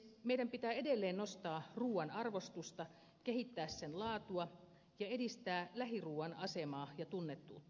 meidän pitää edelleen nostaa ruuan arvostusta kehittää sen laatua ja edistää lähiruuan asemaa ja tunnettuutta